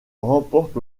remporte